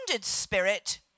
spirit